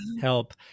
help